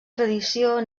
tradició